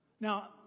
Now